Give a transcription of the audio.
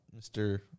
Mr